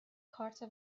کارت